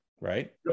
right